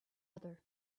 other